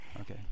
Okay